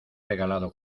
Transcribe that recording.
regalado